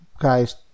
guys